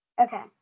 Okay